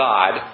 God